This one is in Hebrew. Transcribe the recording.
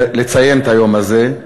לציין את היום הזה.